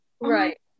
Right